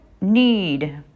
need